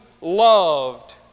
loved